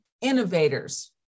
innovators